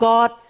God